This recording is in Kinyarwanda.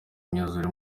imyuzure